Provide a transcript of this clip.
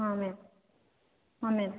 ହଁ ମ୍ୟାମ ହଁ ମ୍ୟାମ